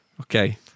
Okay